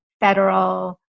federal